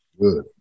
Good